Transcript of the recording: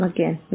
Again